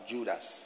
Judas